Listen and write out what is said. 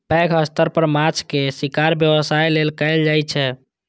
पैघ स्तर पर माछक शिकार व्यवसाय लेल कैल जाइ छै